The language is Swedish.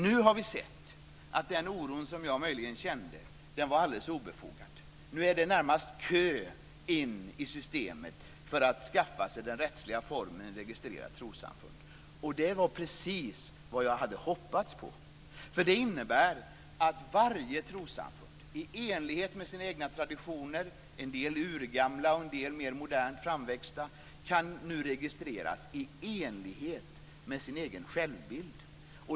Nu har vi sett att den oro jag kände var alldeles obefogad. Nu är det närmast kö in i systemet för att få den rättsliga formen registrerat trossamfund. Det var precis vad jag hade hoppats på. Det innebär att varje trossamfund, i enlighet med sina egna traditioner, en del urgamla, en del mer modernt framväxta, kan registreras i enlighet med sin egen självbild.